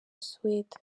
suwede